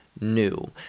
new